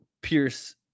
pierce